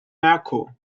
marco